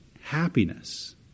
happiness